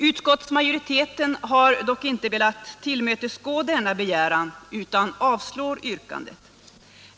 Utskottsmajoriteten har dock inte velat tillmötesgå denna begäran utan avslår yrkandet.